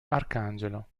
arcangelo